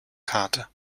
karte